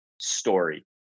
story